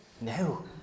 No